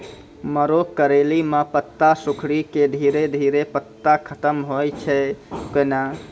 मरो करैली म पत्ता सिकुड़ी के धीरे धीरे पत्ता खत्म होय छै कैनै?